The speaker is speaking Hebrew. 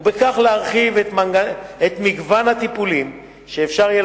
ובכך להרחיב את מגוון הטיפולים שאפשר יהיה